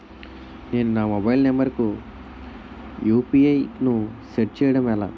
నేను నా mobile number కుయు.పి.ఐ ను సెట్ చేయడం ఎలా?